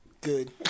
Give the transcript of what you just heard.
Good